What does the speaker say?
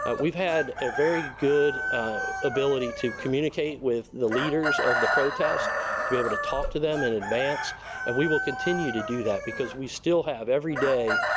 ah had a very good ability to communicate with the leaders of the protests to be able to talk to them in advance and we will continue to do that because we still have every day,